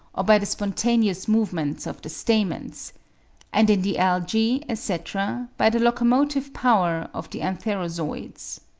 or by the spontaneous movements of the stamens and in the algae, etc, by the locomotive power of the antherozooids.